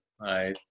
right